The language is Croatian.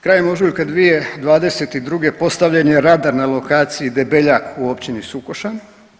Krajem ožujka 2022. postavljen je radar na lokaciji Debeljak u općini Sukošan.